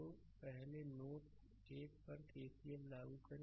तो पहले नोड 1 पर केसीएल लागू करें